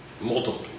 multiple